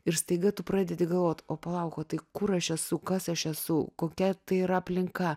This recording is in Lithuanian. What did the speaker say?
ir staiga tu pradedi galvot o palauk o tai kur aš esu kas aš esu kokia tai yra aplinka